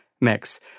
mix